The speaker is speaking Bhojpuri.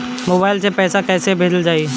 मोबाइल से पैसा कैसे भेजल जाइ?